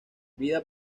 vida